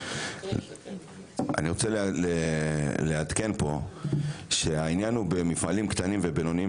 אני רוצה לעדכן שהעניין במפעלים קטנים ובינוניים,